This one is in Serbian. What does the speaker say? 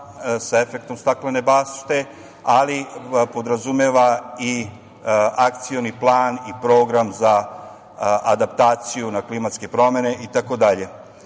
sa efektom staklene bašte, ali podrazumeva i akcioni plan i program za adaptaciju na klimatske promene itd. Ovaj